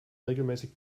regelmäßig